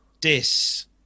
dis